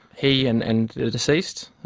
he and and the deceased,